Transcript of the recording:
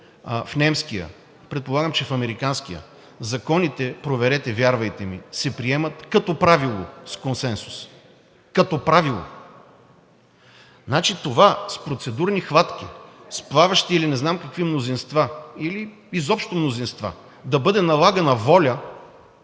в немския, предполагам, че и в американския, законите – проверете, вярвайте ми, се приемат като правило с консенсус. Като правило! Значи това с процедурни хватки, с плаващи или не знам какви мнозинства, или изобщо мнозинства, да бъде налагана воля,